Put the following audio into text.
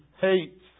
Hates